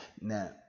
Now